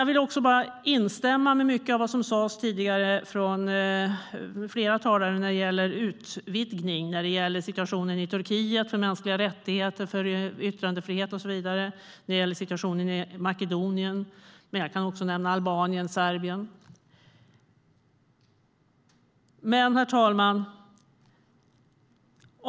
Jag vill instämma i mycket av vad som sas tidigare från flera talare när det gäller utvidgning, situationen i Turkiet för mänskliga rättigheter, yttrandefrihet och så vidare. Det gäller situationen i Makedonien, men jag kan också nämna Albanien och Serbien. Herr talman!